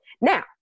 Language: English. Now